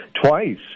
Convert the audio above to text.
twice